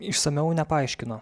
išsamiau nepaaiškino